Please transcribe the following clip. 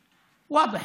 הקדנציה,